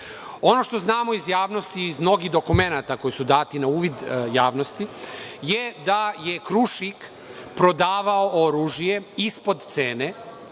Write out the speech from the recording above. što znamo i javnosti i iz mnogo dokumenata koji su dati na uvid javnosti je da je Krušik prodavao oružje ispod cene